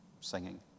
singing